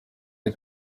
ati